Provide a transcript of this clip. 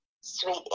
sweet